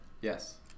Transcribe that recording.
Yes